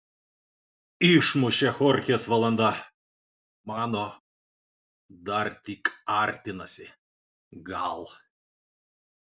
išmušė chorchės valanda mano dar tik artinasi gal